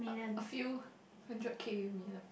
a few hundred K only lah